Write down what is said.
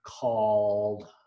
called